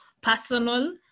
personal